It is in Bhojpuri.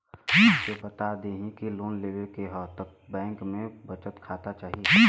हमके बता देती की लोन लेवे के हव त बैंक में बचत खाता चाही?